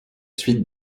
suite